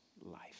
life